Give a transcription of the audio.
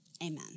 Amen